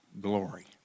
glory